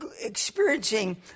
experiencing